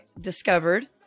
discovered